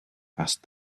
asked